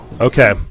Okay